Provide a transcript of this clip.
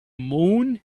moon